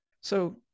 So-